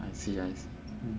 I see I see